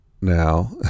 now